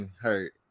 hurt